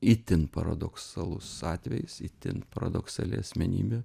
itin paradoksalus atvejis itin paradoksali asmenybė